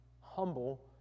humble